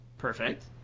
Perfect